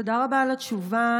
תודה רבה על התשובה.